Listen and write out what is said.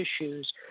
issues